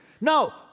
No